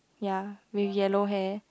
ya with yellow hair